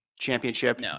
championship